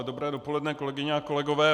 Dobré dopoledne, kolegyně a kolegové.